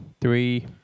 three